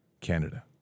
Canada